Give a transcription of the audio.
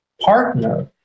partner